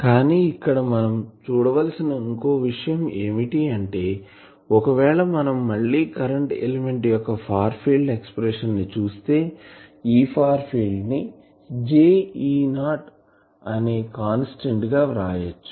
కానీ ఇక్కడ మనం చూడవలసిన ఇంకో విషయం ఏమిటి అంటే ఒకవేళ మనం మళ్ళి కరెంటు ఎలిమెంట్ యొక్క ఫార్ ఫీల్డ్ ఎక్సప్రెషన్ ని చూస్తే E ఫార్ ఫీల్డ్ ని J E0 అనే కాన్స్టాంట్ గా వ్రాయచ్చు